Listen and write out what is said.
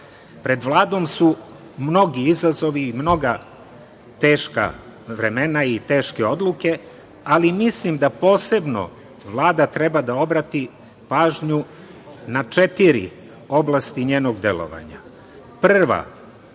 pred Vladom su mnogi izazovi i mnoga teška vremena i teške odluke, ali mislim da posebno Vlada treba da obrati pažnju na četiri oblasti njenog delovanja.